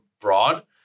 broad